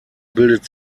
bildet